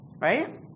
right